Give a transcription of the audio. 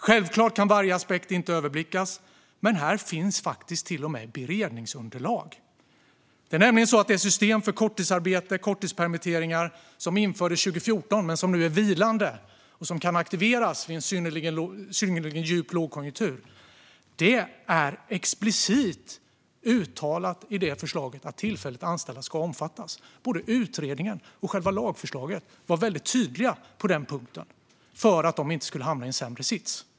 Självklart kan inte varje aspekt överblickas, men här finns faktiskt till och med beredningsunderlag. I det system för korttidsarbete och korttidspermitteringar som infördes 2014, men som nu är vilande, och som kan aktiveras vid en synnerligen djup lågkonjunktur, är det explicit uttalat att tillfälligt anställda ska omfattas. Både utredningen och lagförslaget var tydliga på den punkten, för att de inte skulle hamna i en sämre sits.